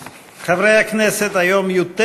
חברי הכנסת, יום